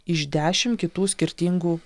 iš dešim kitų skirtingų